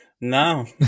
No